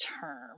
term